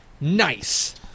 Nice